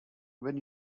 when